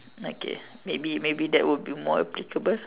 okay maybe maybe that would be more applicable